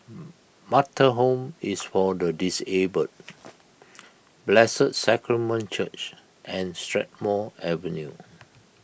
Metta Home is for the Disabled Blessed Sacrament Church and Strathmore Avenue